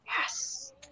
Yes